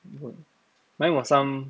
mine was some